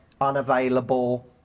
unavailable